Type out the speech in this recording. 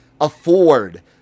afford